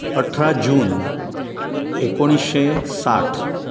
अठरा जून एकुणीशें साठ